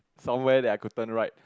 somewhere that I could turn right